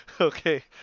Okay